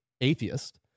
atheist